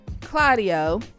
Claudio